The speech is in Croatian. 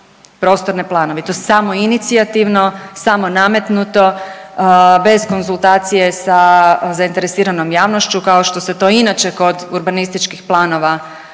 prostorne planove i to samoinicijativno, samo nametnuto bez konzultacije sa zainteresiranom javnošću kao što se to inače kod urbanističkih planova radi.